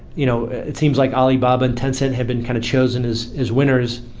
you know it seems like alibaba tencent had been kind of chosen as as winners.